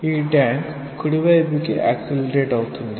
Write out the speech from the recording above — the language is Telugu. ఈ ట్యాంక్ కుడి వైపు కి యాక్సెలేరేట్ అవుతుంది